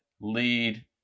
lead